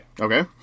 Okay